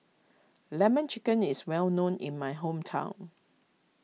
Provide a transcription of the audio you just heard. Lemon Chicken is well known in my hometown